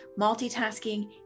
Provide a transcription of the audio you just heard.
Multitasking